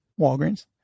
Walgreens